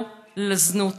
לא לזנות,